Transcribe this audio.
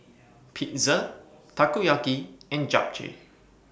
Pizza Takoyaki and Japchae